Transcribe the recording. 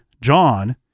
John